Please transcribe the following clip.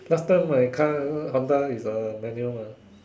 last time my car Honda is a manual mah